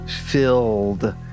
filled